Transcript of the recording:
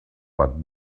but